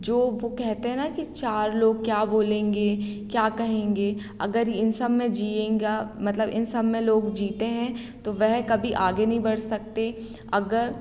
जो वो कहते हैं ना कि चार लोग क्या बोलेंगे क्या कहेंगे अगर इन सब में जीएँगा मतलब इन सब में लोग जीते हैं तो वह कभी आगे नहीं बढ़ सकते अगर